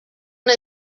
una